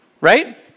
right